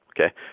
okay